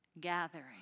gathering